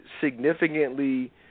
Significantly